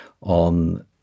on